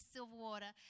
Silverwater